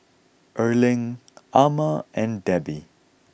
Erling Ama and Debbi